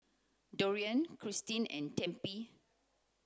Dorian Christin and Tempie